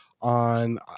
on